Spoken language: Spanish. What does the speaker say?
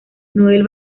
noel